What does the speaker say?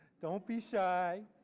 don't be shy,